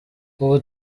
ubu